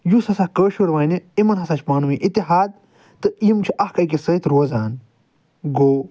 یُس ہسا کٲشُر ونہِ یِمن ہسا چھُ پانہٕ ؤنۍ اتحاد تہ یِم چھِ اکھ أکِس سۭتۍ روزان گوٚو